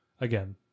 again